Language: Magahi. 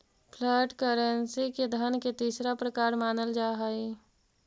फ्लैट करेंसी के धन के तीसरा प्रकार मानल जा हई